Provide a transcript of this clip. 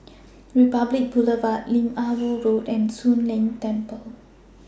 Republic Boulevard Lim Ah Woo Road and Soon Leng Temple